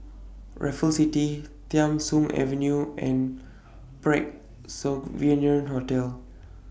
Raffles City Tham Soong Avenue and Parc Sovereign Hotel